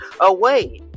away